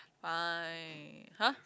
fine !huh!